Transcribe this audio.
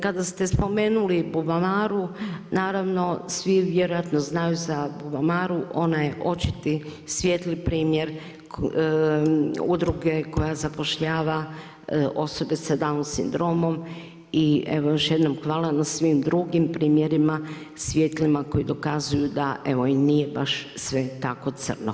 Kada ste spomenuli Bubamaru, naravno svi vjerojatno znaju za Bubamaru, ona je očiti svijetli primjer udruge koja zapošljava osobe s Down sindromom i evo još jednom hvala na svim drugim primjerima svjetlima koje dokazuju da evo i nije baš sve tako crno.